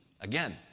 again